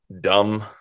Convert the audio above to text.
dumb